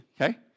Okay